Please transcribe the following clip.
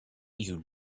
you